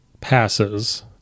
passes